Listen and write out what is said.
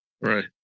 Right